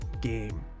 game